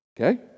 okay